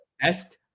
best